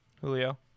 julio